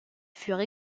furent